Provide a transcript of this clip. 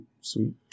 sweet